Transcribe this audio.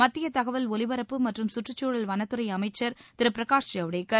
மத்திய தகவல் ஒலிபரப்பு மற்றும் சுற்றுச்சூழல் வனத்துறை அமைச்சர் திரு பிரகாஷ் ஜவ்டேகர்